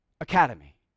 Academy